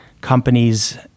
companies